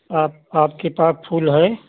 आप आपके पास फूल है